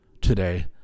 today